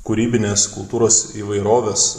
kūrybinės kultūros įvairovės